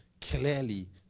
clearly